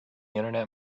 internet